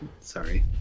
sorry